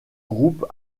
groupes